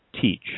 teach